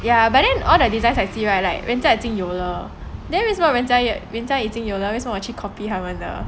ya but then all the designs I see right like 人家已经有了 then 人家已经有了为什么我去 copy 他们的